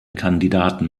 kandidaten